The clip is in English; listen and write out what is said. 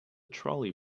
trolley